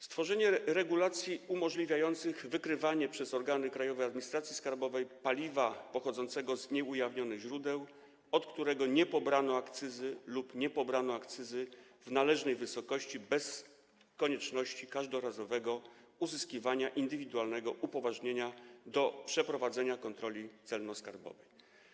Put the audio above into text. Stworzenie regulacji umożliwia wykrywanie przez organy Krajowej Administracji Skarbowej paliwa pochodzącego z nieujawnionych źródeł, od którego nie pobrano akcyzy lub nie pobrano akcyzy w należnej wysokości, bez konieczności każdorazowego uzyskiwania indywidualnego upoważnienia do przeprowadzenia kontroli celno-skarbowej.